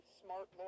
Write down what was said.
smart